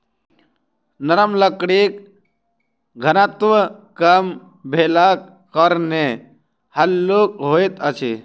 नरम लकड़ीक घनत्व कम भेलाक कारणेँ हल्लुक होइत अछि